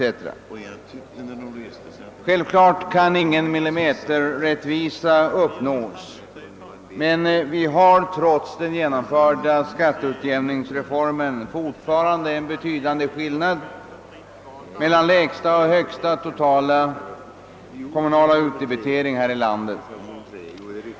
Självklart kan ingen millimeterrättvisa uppnås, men vi har trots den genomförda skatteutjämningsreformen fortfarande en betydande skillnad mellan lägsta och högsta totala kommunala utdebitering här i landet.